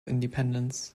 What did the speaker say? independence